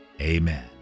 Amen